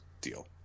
deal